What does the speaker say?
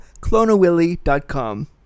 Clonawilly.com